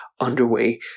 underway